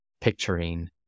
picturing